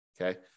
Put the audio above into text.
okay